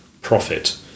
profit